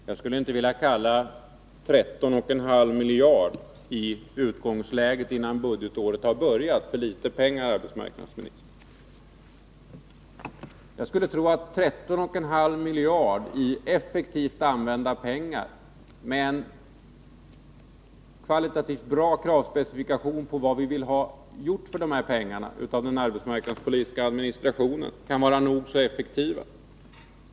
Herr talman! Jag skulle inte vilja kalla 13,5 miljarder i utgångsläget, innan budgetåret har börjat, för litet pengar, fru arbetsmarknadsminister. Jag skulle tro att 13,5 miljarder i effektivt använda pengar, med en kvalitativt bra specifikation till den arbetsmarknadspolitiska administrationen vad vi i riksdagen vill ha gjort för dessa pengar, kan vara nog så effektiva.